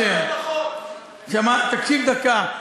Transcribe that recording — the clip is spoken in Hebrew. תקשיב דקה.